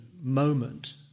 moment